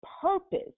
purpose